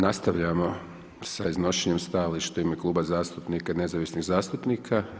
Nastavljamo sa iznošenjem stajališta u ime Kluba zastupnika Nezavisnih zastupnika.